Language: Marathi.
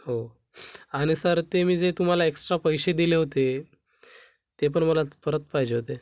हो आणि सर ते मी जे तुम्हाला एक्स्ट्रा पैसे दिले होते ते पण मला परत पाहिजे होते